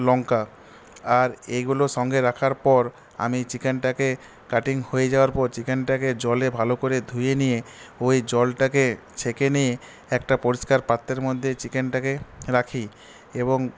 লঙ্কা আর এগুলো সঙ্গে রাখার পর আমি চিকেনটাকে কাটিং হয়ে যাওয়ার পর চিকেনটাকে জলে ভালো করে ধুয়ে নিয়ে ওই জলটাকে ছেঁকে নিয়ে একটা পরিষ্কার পাত্রের মধ্যে চিকেনটাকে রাখি এবং